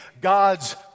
God's